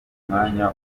umwanya